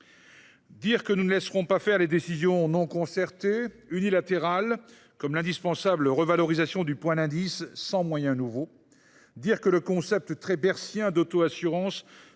dire que nous n’acceptons pas les décisions non concertées, unilatérales, comme l’indispensable revalorisation du point d’indice, sans moyens nouveaux ; dire que le concept très « bercyen » d’autoassurance